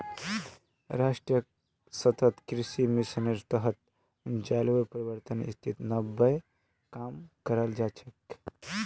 राष्ट्रीय सतत कृषि मिशनेर तहत जलवायु परिवर्तनक स्थिर बनव्वा काम कराल जा छेक